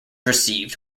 received